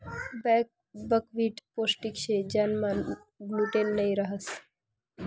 buckwheat पोष्टिक शे ज्यानामा ग्लूटेन नयी रहास